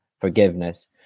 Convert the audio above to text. forgiveness